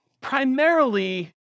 primarily